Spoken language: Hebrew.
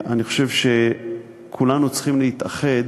אני חושב שכולנו צריכים להתאחד